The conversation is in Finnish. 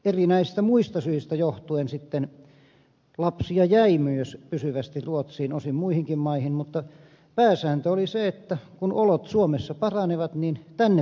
erinäisistä muista syistä johtuen lapsia sitten jäi myös pysyvästi ruotsiin osin muihinkin maihin mutta pääsääntö oli se että kun olot suomessa paranevat niin tänne palataan takaisin